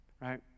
right